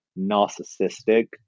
narcissistic